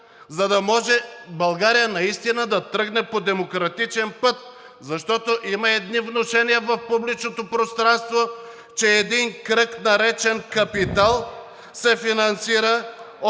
за да може България наистина да тръгне по демократичен път, защото има едни внушения в публичното пространство, че един кръг, наречен „Капитал“, се финансира от